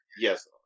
yes